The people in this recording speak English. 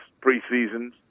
preseasons